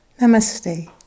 Namaste